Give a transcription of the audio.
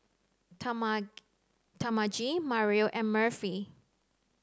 Talmage Mario and Murphy